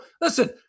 listen